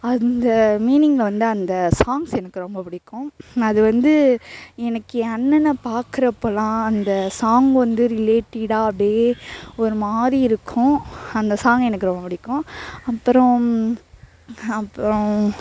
அந்த மீனிங்கில் வந்து அந்த சாங்க்ஸ் எனக்கு ரொம்ப பிடிக்கும் அது வந்து எனக்கு ஏன் அண்ணனை பார்க்குறப்பெல்லாம் அந்த சாங் வந்து ரிலேட்டிடாக அப்படியே ஒருமாதிரி இருக்கும் அந்த சாங் எனக்கு ரொம்ப பிடிக்கும் அப்புறம் அப்புறம்